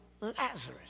Lazarus